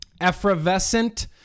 effervescent